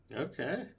Okay